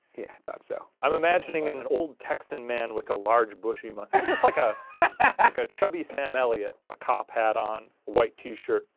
yeah, thought so. i'm imagining and an old texan man with a large busy mustache. just like ah like a chubby sam elliott, a cop hat on, white t-shirt,